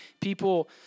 people